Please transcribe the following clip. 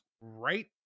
Right